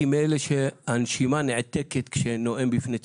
מאלה שהנשימה נעתקת כשנואם בפני ציבור.